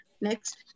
Next